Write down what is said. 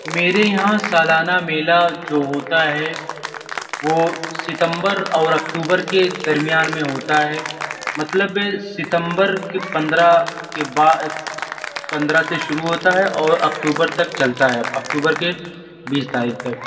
میرے یہاں سالانہ میلا جو ہوتا ہے وہ ستمبر اور اکتوبر کے درمیان میں ہوتا ہے مطلب ستمبر کے پندرہ کے با پندرہ سے شروع ہوتا ہے اور اکتوبر تک چلتا ہے اکتوبر کے بیس تاریخ تک